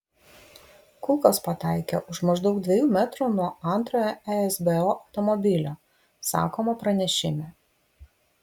kulkos pataikė už maždaug dviejų metrų nuo antrojo esbo automobilio sakoma pranešime